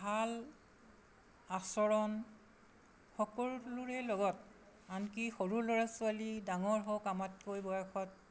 ভাল আচৰণ সকলোৰে লগত আনকি সৰু ল'ৰা ছোৱালী ডাঙৰ হওক আমাতকৈ বয়সত